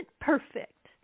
perfect